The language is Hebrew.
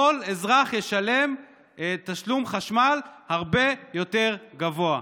כל אזרח ישלם תשלום חשמל הרבה יותר גבוה.